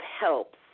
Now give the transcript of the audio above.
helps